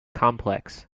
complex